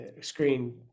screen